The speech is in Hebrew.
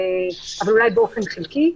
אבל אולי באופן חלקי.